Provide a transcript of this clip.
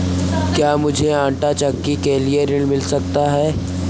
क्या मूझे आंटा चक्की के लिए ऋण मिल सकता है?